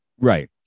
right